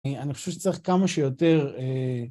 אני חושב שצריך כמה שיותר